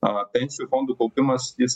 a pensijų fondų kaupimas jis